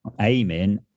aiming